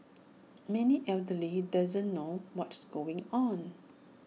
many elderly doesn't know what's going on